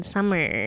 Summer